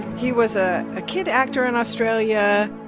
he was a kid actor in australia.